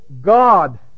God